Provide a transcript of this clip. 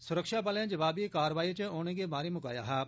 सुरक्षाबलें जबाबी कारवाई च उनेंगी मारी मकाया हा